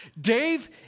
Dave